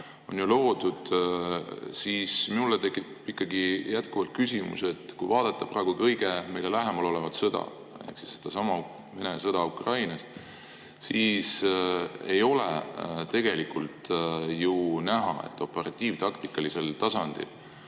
on ju loodud, siis mul tekib ikkagi jätkuvalt küsimus, et kui vaadata praegu meile kõige lähemal olevat sõda ehk sedasama sõda Ukrainas, siis ei ole ju näha, et operatiiv‑taktikalisel tasandil